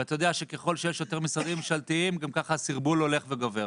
ואתה יודע שככל שיש יותר משרדים ממשלתיים ככה גם הסרבול הולך וגובר.